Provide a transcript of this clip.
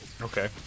Okay